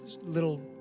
little